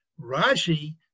Rashi